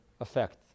effect